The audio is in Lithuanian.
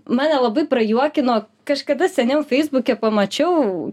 mane labai prajuokino kažkada seniau feisbuke pamačiau